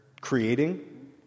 creating